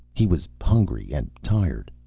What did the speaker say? he was hungry, and tired.